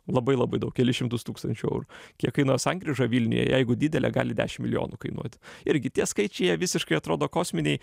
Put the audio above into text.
labai labai daug kelis šimtus tūkstančių eurų kiek kainuoja sankryža vilniuje jeigu didelė gali dešim milijonų kainuoti irgi tie skaičiai jie visiškai atrodo kosminiai